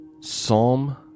Psalm